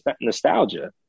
nostalgia